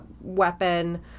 weapon